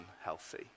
unhealthy